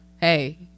Hey